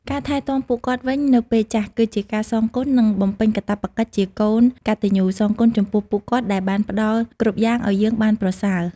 ការថែទាំពួកគាត់វិញនៅពេលចាស់ គឺជាការសងគុណ និងបំពេញកាតព្វកិច្ចជាកូនកតញ្ញូសងគុណចំពោះពួកគាត់ដែលបានផ្តល់គ្រប់យ់ាងឲ្យយើងបានប្រសើរ។